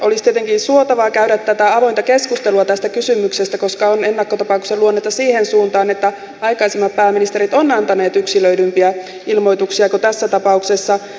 olisi tietenkin suotavaa käydä tätä avointa keskustelua tästä kysymyksestä koska on ennakkotapauksen luonnetta siihen suuntaan että aikaisemmat pääministerit ovat antaneet yksilöidympiä ilmoituksia kuin tässä tapauksessa